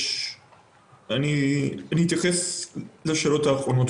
אני אתייחס בעיקר לשאלות האחרונות,